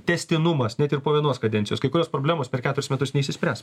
tęstinumas net ir po vienos kadencijos kai kurios problemos per keturis metus neišsispręs